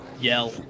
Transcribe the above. yell